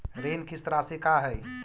ऋण किस्त रासि का हई?